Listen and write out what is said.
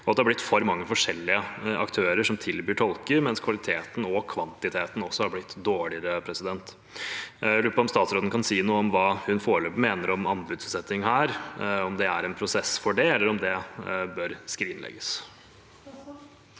det er blitt for mange forskjellige aktører som tilbyr tolker, mens kvaliteten og kvantiteten har blitt dårligere. Jeg lurer på om statsråden kan si noe om hva hun foreløpig mener om anbudsutsetting – om det er en prosess for det, eller om det bør skrinlegges.